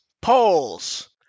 polls